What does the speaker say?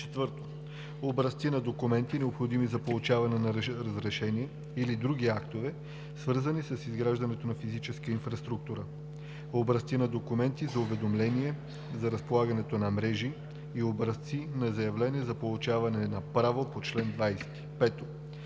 ал. 2; 4. образци на документи, необходими за получаване на разрешения или други актове, свързани с изграждането на физическа инфраструктура, образци на документи за уведомления за разполагането на мрежи и образци на заявления за получаване на права по чл. 20;